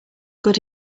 good